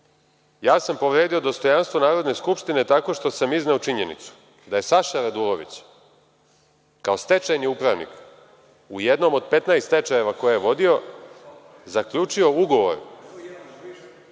Ja sam povredio dostojanstvo Narodne skupštine tako što sam izneo činjenicu da je Saša Radulović, kao stečajni upravnik u jednom od 15 stečajeva koje je vodio zaključio ugovor